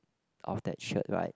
of that shirt right